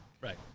Right